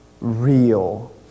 real